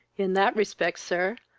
in that respect, sir,